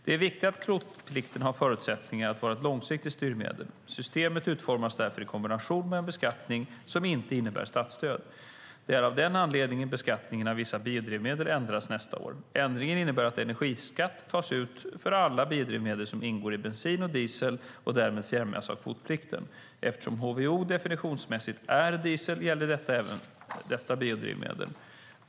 Det är viktigt att kvotplikten har förutsättningar att vara ett långsiktigt styrmedel. Systemet utformas därför i kombination med en beskattning som inte innebär statsstöd. Det är av den anledningen beskattningen av vissa biodrivmedel ändras nästa år. Ändringen innebär att energiskatt tas ut för alla biodrivmedel som ingår i bensin och diesel och därmed främjas av kvotplikten. Eftersom HVO definitionsmässigt är diesel gäller det även detta biodrivmedel.